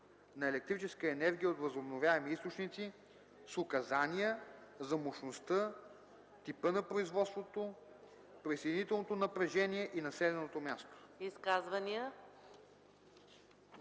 на електрическа енергия от възобновяеми източници, с указания за мощността, типа на производството, присъединителното напрежение и населеното място.”